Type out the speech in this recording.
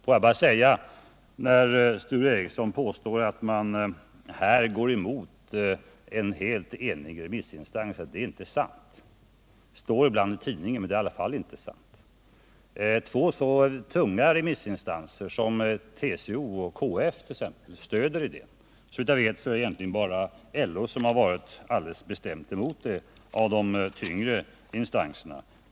Låt mig bara säga, när Sture Ericson påstår att man går emot en helt enig remissopinion, att det är inte sant. Det står ibland i tidningen, men det är i alla fall inte sant. Två så tunga remissinstanser som TCO och KF t.ex. stöder idén. Såvitt jag vet är det egentligen bara LO som varit alldeles bestämt emot den av de tunga remissinstanserna.